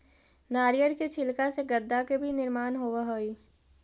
नारियर के छिलका से गद्दा के भी निर्माण होवऽ हई